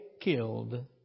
killed